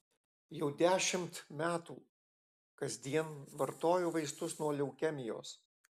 jau dešimt metų kasdien vartoju vaistus nuo leukemijos